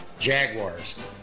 Jaguars